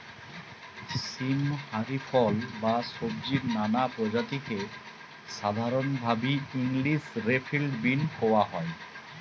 সীম হারি ফল বা সব্জির নানা প্রজাতিকে সাধরণভাবি ইংলিশ রে ফিল্ড বীন কওয়া হয়